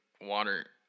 water